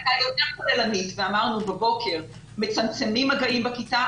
אמרנו שבבוקר מצמצמים מגעים בכיתה.